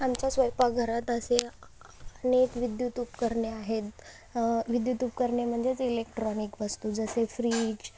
आमच्या स्वैपाकघरात असे अनेक विद्युत उपकरणे आहेत विद्युत उपकरणे म्हणजेच इलेकट्रोनिक वस्तू जसे फ्रिज